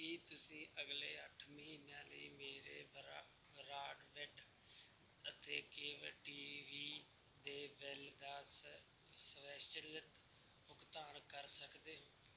ਕੀ ਤੁਸੀਂਂ ਅਗਲੇ ਅੱਠ ਮਹੀਨਿਆਂ ਲਈ ਮੇਰੇ ਬਰਾਡਬੈਂਡ ਅਤੇ ਕੇਬਲ ਟੀ ਵੀ ਦੇ ਬਿੱਲ ਦਾ ਸਵੈਚਲਿਤ ਭੁਗਤਾਨ ਕਰ ਸਕਦੇ ਹੋ